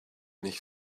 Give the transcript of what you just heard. nicht